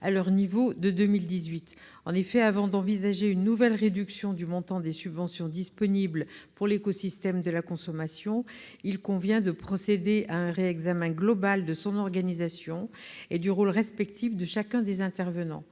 à leur niveau de 2018. En effet, avant d'envisager une nouvelle réduction du montant des subventions disponibles pour l'écosystème de la consommation, il convient de procéder à un réexamen global de son organisation et du rôle respectif de chacun des intervenants.